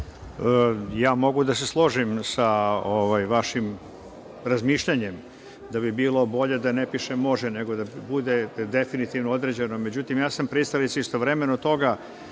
Ja mogu da se složim sa vašim razmišljanjem, da bi bilo bolje da ne piše može, nego da bude definitivno određeni.Međutim, ja sam pristalica istovremeno toga